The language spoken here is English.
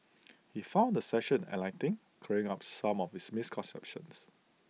he found the session enlightening clearing up some of his misconceptions